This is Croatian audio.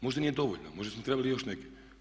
Možda nije dovoljno, možda smo trebali i još neke.